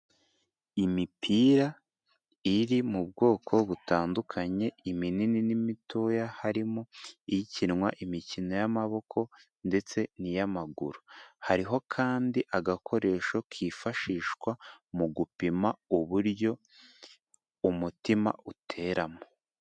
Imipira iri mu bwoko butandukanye iminini n'imitoya, harimo ikinwa imikino y'amaboko ndetse n'iy'amaguru, hariho kandi agakoresho kifashishwa mu gupima uburyo umutima uteramo.